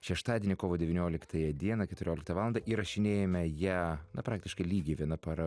šeštadienį kovo devynioliktąją dieną keturioliktą valandą įrašinėjame ją na praktiškai lygiai viena para